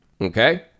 okay